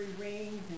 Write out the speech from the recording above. rings